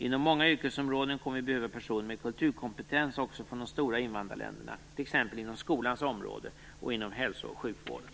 Inom många yrkesområden kommer vi att behöva personer med kulturkompetens också från de stora invandrarländerna, t.ex. inom skolans område och inom hälsooch sjukvården.